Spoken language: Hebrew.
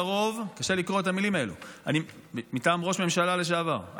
קשה לקרוא את המילים האלה מטעם ראש ממשלה לשעבר,